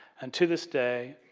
and, to this day